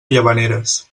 llavaneres